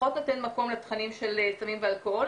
ופחות נותן מקום לתכנים של סמים ואלכוהול.